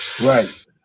Right